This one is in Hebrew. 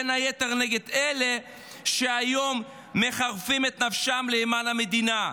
בין היתר נגד אלה שהיום מחרפים את נפשם למען המדינה.